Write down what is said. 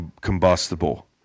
combustible